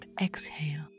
exhale